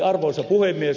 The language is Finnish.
arvoisa puhemies